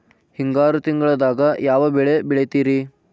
ಹಿಂಗಾರು ತಿಂಗಳದಾಗ ಯಾವ ಬೆಳೆ ಬೆಳಿತಿರಿ?